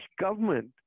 government